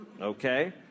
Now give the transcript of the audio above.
okay